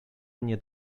mnie